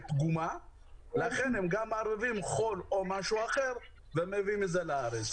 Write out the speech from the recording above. פגומה לכן הם גם מערבבים חול או משהו אחר ומביאים את זה לארץ.